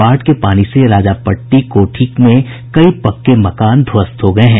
बाढ़ के पानी से राजापट्टी कोठी में कई पक्के मकान ध्वस्त हो गये हैं